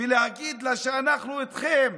ולהגיד לה: אנחנו איתכם